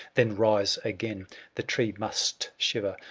then rise again the tree must shiver.